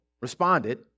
responded